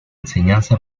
enseñanza